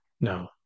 No